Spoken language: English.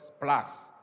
plus